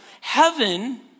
heaven